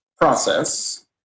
process